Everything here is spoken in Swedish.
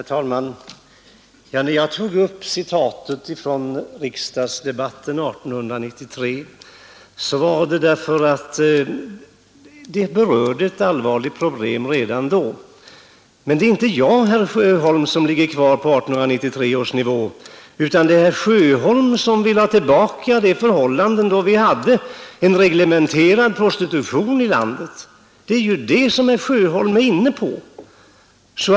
Herr talman! När jag anförde citatet från riksdagsdebatten 1893 var det därför att det berörde ett allvarligt problem redan då. Men det är inte jag som ligger kvar på 1893 års nivå, utan det är herr Sjöholm, som vill ha tillbaka de förhållanden som rådde då vi hade reglementerad prostitution i landet det är ju det herr Sjöholm är inne på.